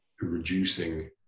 reducing